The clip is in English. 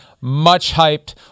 much-hyped